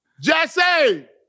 Jesse